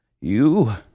You